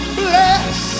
bless